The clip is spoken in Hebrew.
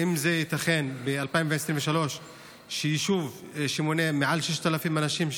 האם ייתכן שב-2023 ביישוב שמונה מעל 6,000 אנשים,